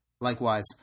Likewise